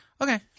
okay